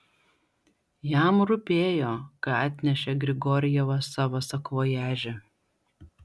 jam rūpėjo ką atnešė grigorjevas savo sakvojaže